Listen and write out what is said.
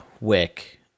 Wick